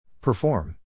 Perform